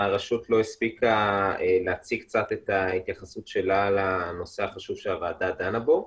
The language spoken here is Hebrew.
הרשות לא הספיקה להציג את ההתייחסות שלה לנושא החשוב שהוועדה דנה בו.